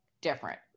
different